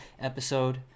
episode